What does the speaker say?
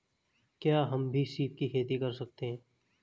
क्या हम भी सीप की खेती कर सकते हैं?